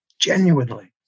Genuinely